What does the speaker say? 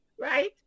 right